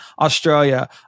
Australia